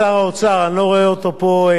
חבר הכנסת יצחק כהן,